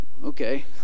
Okay